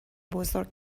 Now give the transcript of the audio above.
بزرگ